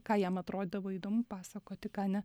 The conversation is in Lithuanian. ką jam atrodydavo įdomu pasakoti ką ne